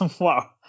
Wow